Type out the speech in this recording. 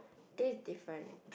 taste different